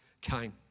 came